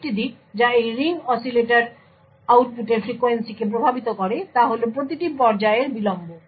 আরেকটি দিক যা এই রিং অসিলেটর আউটপুটের ফ্রিকোয়েন্সিকে প্রভাবিত করে তা হল প্রতিটি পর্যায়ের বিলম্ব